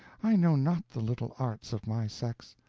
i know not the little arts of my sex.